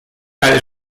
ale